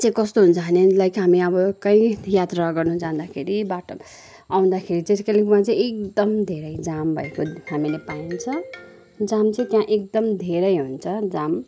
चाहिँ कस्तो हुन्छ भने लाइक हामी अब कहीँ यात्रा गर्न जाँदाखेरि बाटोमा आउँदाखेरि चाहिँ कालिम्पोङमा चाहिँ एकदम धेरै जाम भएको हामीले पाइन्छ जाम चाहिँ त्यहाँ एकदम धेरै हुन्छ जाम